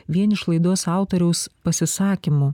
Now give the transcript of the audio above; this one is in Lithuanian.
vien iš laidos autoriaus pasisakymų